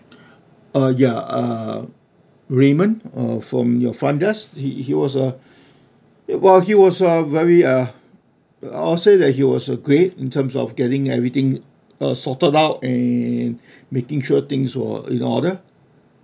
uh ya uh raymond uh from your front desk he he was a well he was a very uh I'll say that he was uh great in terms of getting everything uh sorted out and in making sure things were in order